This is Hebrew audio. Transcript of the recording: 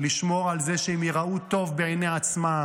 לשמור על זה שהם ייראו טוב בעיני עצמם,